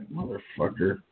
motherfucker